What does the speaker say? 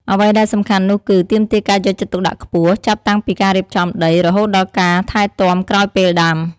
អ្វីដែលសំខាន់នោះគឺ ទាមទារការយកចិត្តទុកដាក់ខ្ពស់ ចាប់តាំងពីការរៀបចំដី រហូតដល់ការថែទាំក្រោយពេលដាំ។